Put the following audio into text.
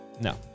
No